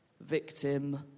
victim